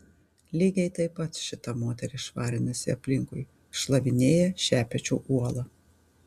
lygiai taip pat šita moteris švarinasi aplinkui šlavinėja šepečiu uolą